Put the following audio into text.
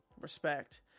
respect